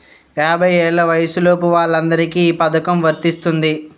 యాభై ఏళ్ల వయసులోపు వాళ్ళందరికీ ఈ పథకం వర్తిస్తుంది